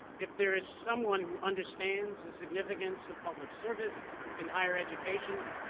if there is someone who understands the significance of public service in higher education,